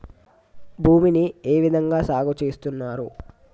భూమిని ఏ విధంగా సాగు చేస్తున్నారు?